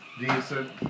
decent